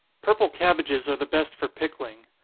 purple cabbages are the best for pickling.